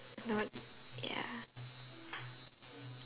not yeah